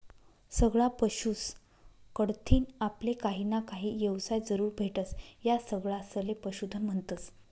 सगळा पशुस कढतीन आपले काहीना काही येवसाय जरूर भेटस, या सगळासले पशुधन म्हन्तस